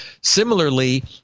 similarly